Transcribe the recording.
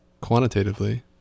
quantitatively